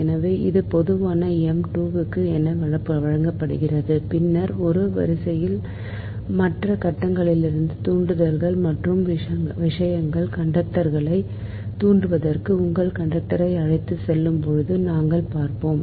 எனவே இது பொதுவாக m 2 என வழங்கப்படலாம் பின்னர் ஒரு வரிசையில் மற்ற கட்டங்களின் தூண்டல் மற்றும் மற்ற விஷயங்கள் கண்டக்டர்களைத் தூண்டுவதற்கு உங்கள் கண்டக்டரை அழைத்துச் செல்லும் போது நாங்கள் பார்ப்போம்